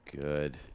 good